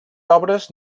obres